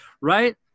right